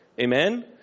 Amen